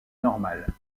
normale